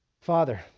Father